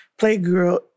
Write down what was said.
playgirl